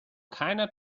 keiner